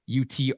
UT